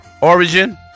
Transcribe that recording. origin